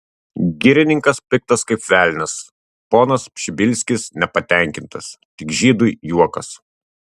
girininkas piktas kaip velnias ponas pšibilskis nepatenkintas tik žydui juokas